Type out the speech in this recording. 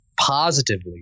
positively